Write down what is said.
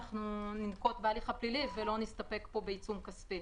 ננקוט בהליך פלילי ולא נסתפק בעיצום כספי.